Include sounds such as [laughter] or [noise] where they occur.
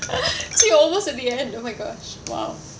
[laughs] so you're almost at the end oh my gosh !wow!